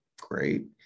great